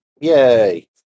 Yay